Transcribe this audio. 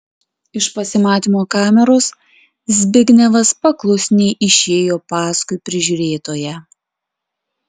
iš pasimatymo kameros zbignevas paklusniai išėjo paskui prižiūrėtoją